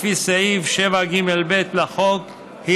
לפי סעיף 7ג(ב) לחוק, היא